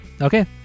Okay